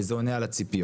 וזה עונה על הציפיות.